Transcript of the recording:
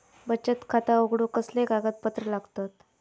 बचत खाता उघडूक कसले कागदपत्र लागतत?